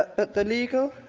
but the legal,